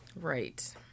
Right